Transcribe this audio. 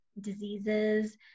diseases